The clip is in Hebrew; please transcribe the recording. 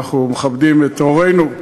אנחנו מכבדים את הורינו.